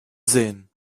sähen